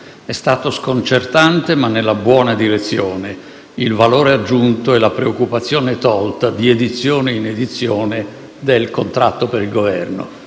è stato sconcertante, ma nella buona direzione, il valore aggiunto e la preoccupazione tolta, di edizione in edizione, dal contratto per il Governo.